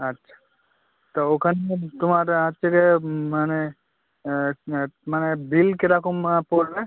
আচ্ছা তা ওখানে তোমার আর কে কে মানে মানে বিল কেরকম পড়বে